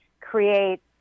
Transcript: create